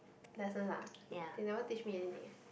lessons ah they never teach me anything eh